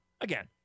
again